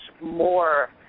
more